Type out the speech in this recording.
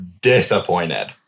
disappointed